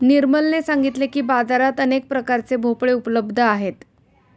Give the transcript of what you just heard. निर्मलने सांगितले की, बाजारात अनेक प्रकारचे भोपळे उपलब्ध आहेत